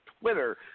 Twitter